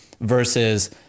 versus